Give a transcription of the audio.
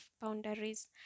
boundaries